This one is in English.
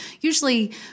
usually